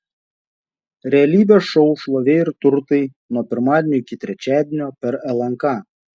realybės šou šlovė ir turtai nuo pirmadienio iki trečiadienio per lnk